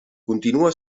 continua